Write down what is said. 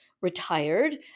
retired